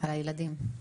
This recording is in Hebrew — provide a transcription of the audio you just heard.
על הילדים.